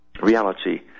Reality